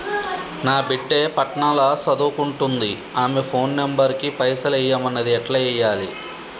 నా బిడ్డే పట్నం ల సదువుకుంటుంది ఆమె ఫోన్ నంబర్ కి పైసల్ ఎయ్యమన్నది ఎట్ల ఎయ్యాలి?